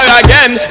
again